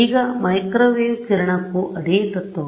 ಈಗ ಮೈಕ್ರೊವೇವ್ ವಿಕಿರಣಕ್ಕೂ ಅದೇ ತತ್ವ